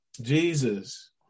Jesus